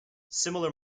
similar